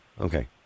Okay